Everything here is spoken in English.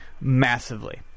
massively